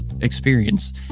experience